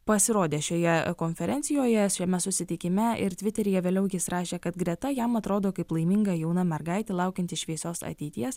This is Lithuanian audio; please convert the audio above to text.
pasirodė šioje konferencijoje šiame susitikime ir tviteryje vėliau jis rašė kad greta jam atrodo kaip laiminga jauna mergaitė laukianti šviesios ateities